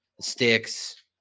Sticks